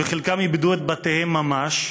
וחלקם איבדו את בתיהם ממש,